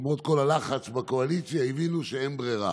למרות כל הלחץ בקואליציה, הבינו שאין ברירה.